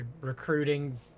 recruiting